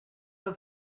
love